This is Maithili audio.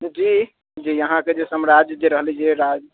जी जी अहाँकेँ जे साम्राज्य जे रहलै जे राज